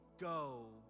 go